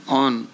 on